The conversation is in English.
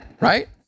right